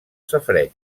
safareig